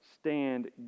stand